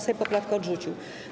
Sejm poprawkę odrzucił.